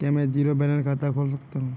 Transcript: क्या मैं zero balance खाता खोल सकता हूँ?